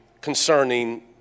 concerning